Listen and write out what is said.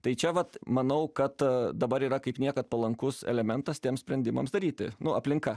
tai čia vat manau kad dabar yra kaip niekad palankus elementas tiems sprendimams daryti nu aplinka